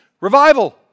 Revival